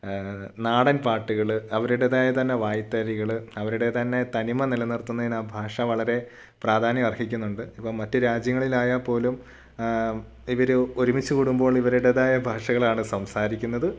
നാടൻ പാട്ടുകൾ അവരുടേതായ തന്നെ വായ്ത്താരികൾ അവരുടെ തന്നെ തനിമ നിലനിർത്തുന്നതിന് ആ ഭാഷ വളരെ പ്രാധാന്യം അർഹിക്കുന്നുണ്ട് ഇപ്പോൾ മറ്റു രാജ്യങ്ങളിലായാൽ പോലും ഇവർ ഒരുമിച്ചുകൂടുമ്പോൾ ഇവരുടേതായ ഭാഷകളാണ് സംസാരിക്കുന്നത്